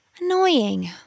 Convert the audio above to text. Annoying